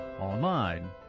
Online